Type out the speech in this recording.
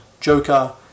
Joker